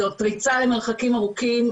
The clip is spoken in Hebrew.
זאת ריצה למרחקים ארוכים,